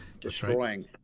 destroying